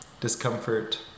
discomfort